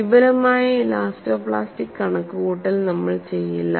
വിപുലമായ elasto plastic കണക്കുകൂട്ടൽ നമ്മൾ ചെയ്യില്ല